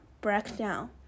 Breakdown